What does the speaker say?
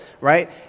right